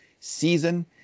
season